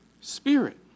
Spirit